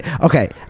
okay